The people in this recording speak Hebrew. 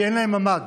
כי אין להם ממ"ד.